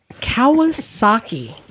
Kawasaki